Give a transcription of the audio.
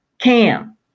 CAM